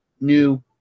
new